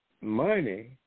money